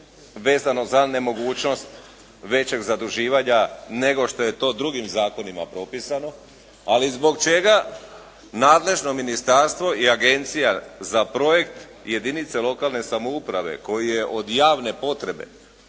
vezano za nemogućnost većeg zaduživanje, nego što je to drugim zakonima propisano, ali zbog čega nadležno ministarstvo i agencija za projekt jedinice lokalne samouprave koja je od javne potrebe